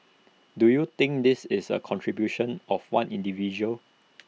do you think this is the contribution of one individual